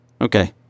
Okay